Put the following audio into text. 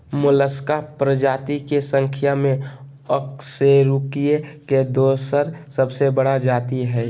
Mollusca प्रजाति के संख्या में अकशेरूकीय के दोसर सबसे बड़ा जाति हइ